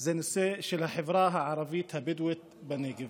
זה נושא של החברה הערבית הבדואית בנגב.